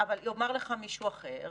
אבל יאמר לך מישהו אחר: